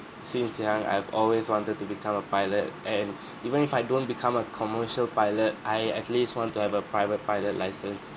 since young I've always wanted to become a pilot and even if I don't become a commercial pilot I at least want to have a private pilot licence